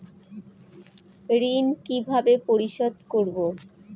ঋণ কিভাবে পরিশোধ করব?